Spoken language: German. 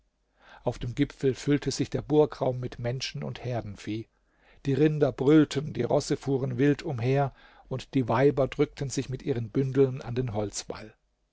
auf dem gipfel füllte sich der burgraum mit menschen und herdenvieh die rinder brüllten die rosse fuhren wild umher und die weiber drückten sich mit ihren bündeln an den holzwall